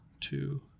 two